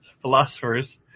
philosophers